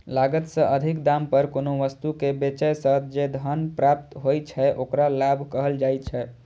लागत सं अधिक दाम पर कोनो वस्तु कें बेचय सं जे धन प्राप्त होइ छै, ओकरा लाभ कहल जाइ छै